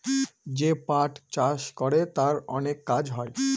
যে পাট চাষ করে তার অনেক কাজ হয়